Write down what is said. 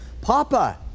Papa